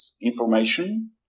information